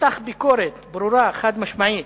מתח ביקורת ברורה, חד-משמעית,